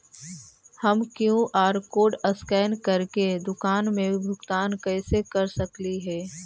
हम QR code scan करके दुकान में भुगतान कैसे कर सकली हे?